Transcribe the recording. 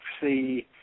see